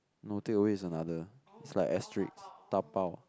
no takeaway is another is like asterisk dabao